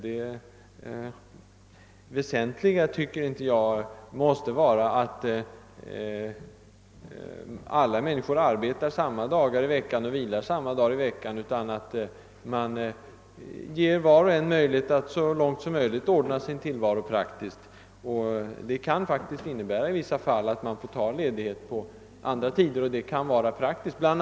Jag tycker inte att det väsentliga måste vara att alla människor arbetar samma dagar i veckan och vilar samma dagar i veckan, utan att man ger var och en möjlighet att ordna sin tillvaro så praktiskt han kan. Det kan faktiskt, i vissa fall, innebära att man får ta ledighet på andra tider än söndagarna och att det kan vara praktiskt. Bl.